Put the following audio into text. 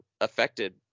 affected